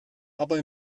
aber